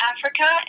Africa